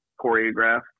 choreographed